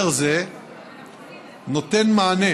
הסדר זה נותן מענה